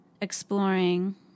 exploring